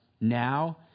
now